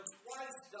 twice